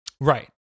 Right